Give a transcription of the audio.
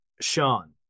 Sean